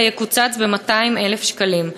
אלא יקוצץ ב-200,000 שקלים.